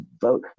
vote